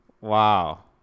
Wow